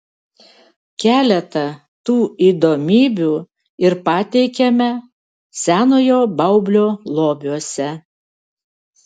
keletą tų įdomybių ir pateikiame senojo baublio lobiuose